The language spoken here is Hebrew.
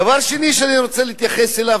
דבר שני שאני רוצה להתייחס אליו,